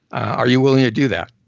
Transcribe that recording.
are you willing to do that?